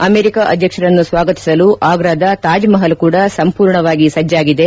America ಅಧ್ಯಕ್ಷರನ್ನು ಸ್ನಾಗತಿಸಲು ಆಗ್ರಾದ ತಾಜ್ಮಹಲ್ ಕೂಡ ಸಂಪೂರ್ಣವಾಗಿ ಸಜ್ಞಾಗಿದೆ